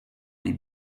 les